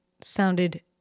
sounded